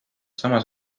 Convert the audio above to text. samas